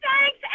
Thanks